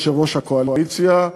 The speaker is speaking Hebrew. יושב-ראש הקואליציה,